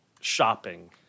shopping